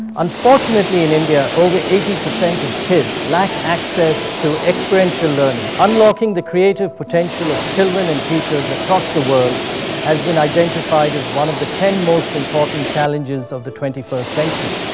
unfortunately, in india, over eighty percent of kids lack access to experiential learning. unlocking the creative potential of children and teachers across the world has been identified as one of the ten most important challenges of the twenty first century.